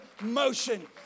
motion